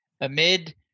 Amid